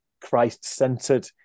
christ-centered